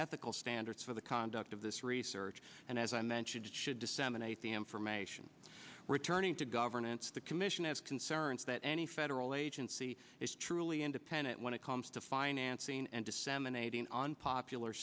ethical standards for the conduct of this research and as i mentioned it should disseminate the information returning to governance the commission has concerns that any federal agency is truly independent when it comes to financing and disseminating on popular